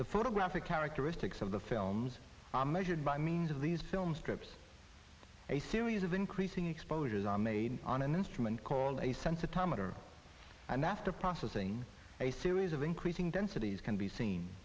the photographic characteristics of the films are measured by means of these film strips a series of increasing exposures are made on an instrument called a sense a timer and after processing a series of increasing densities can be seen